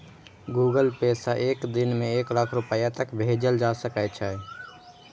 Google Pay सं एक दिन मे एक लाख रुपैया तक भेजल जा सकै छै